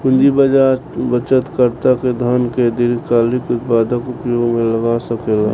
पूंजी बाजार बचतकर्ता के धन के दीर्घकालिक उत्पादक उपयोग में लगा सकेलन